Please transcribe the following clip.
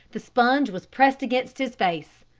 the sponge was pressed against his face.